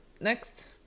Next